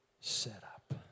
setup